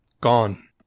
Gone